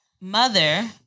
mother